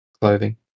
clothing